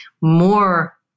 more